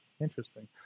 Interesting